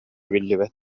биллибэт